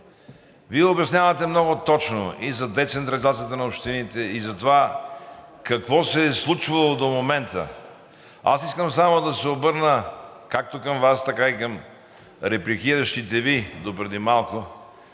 Вие обяснявате много точно и за децентрализацията на общините, и за това какво се е случвало до момента. Аз искам само да се обърна както към Вас, така и към репликиращите Ви допреди малко